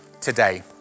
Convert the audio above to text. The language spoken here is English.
today